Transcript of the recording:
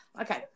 Okay